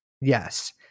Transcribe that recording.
Yes